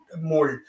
mold